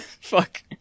fuck